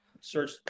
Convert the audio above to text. search